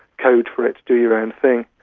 code for it, do your own thing.